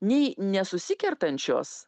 nei ne susikertančios